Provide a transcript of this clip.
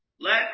Let